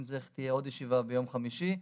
אם צריך תהיה עוד ישיבה ביום חמישי.